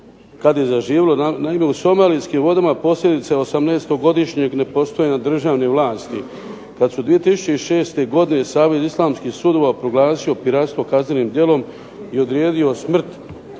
u somalijskim vodama posljedice 18-godišnjeg nepostojanja državne vlasti, kad su 2006. godine savez islamskih sudova proglasio piratstvo kaznenim djelom i odredio smrtnu